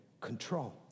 control